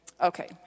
Okay